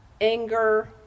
anger